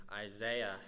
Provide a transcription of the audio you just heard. Isaiah